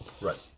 Right